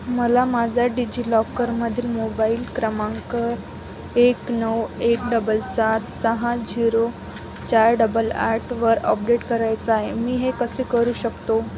मला माझा डिजि लॉकरमधील मोबाईल क्रमांक एक नऊ एक डबल सात सहा झिरो चार डबल आठ वर अपडेट करायचा आहे मी हे कसे करू शकतो